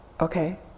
okay